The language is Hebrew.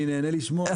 אני נהנה לשמוע.